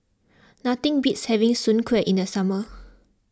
nothing beats having Soon Kueh in the summer